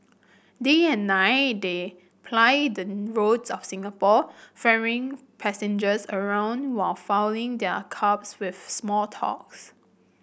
day and night they ply the roads of Singapore ferrying passengers around while filling their cabs with small talks